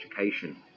education